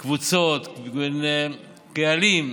קבוצות, בין קהלים.